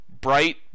bright